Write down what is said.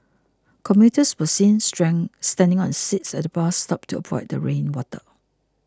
commuters were seen standing on seats at the bus stop to avoid the rain water